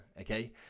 okay